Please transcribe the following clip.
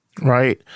Right